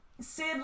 Sid